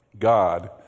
God